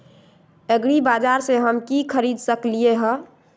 एग्रीबाजार से हम की की खरीद सकलियै ह?